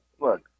Look